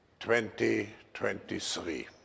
2023